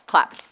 Clap